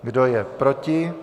Kdo je proti?